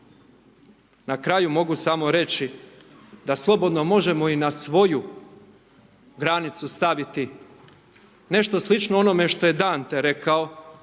Na kraju mogu samo reći da slobodno možemo i na svoju granicu staviti nešto slično onome što je Dante rekao,